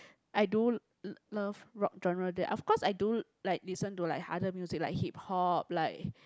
I do love love rock genre that of course I do like listen to like other music like hip-hop like